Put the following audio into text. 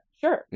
Sure